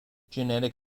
genetic